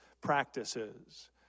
practices